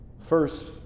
First